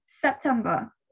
September